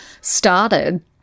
started